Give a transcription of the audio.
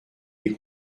les